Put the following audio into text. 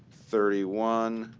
thirty one,